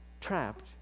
trapped